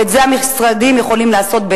ואת זה המשרדים יכולים לעשות,